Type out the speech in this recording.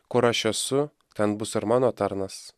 kur aš esu ten bus ar mano tarnas